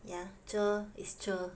yeah 这 is 这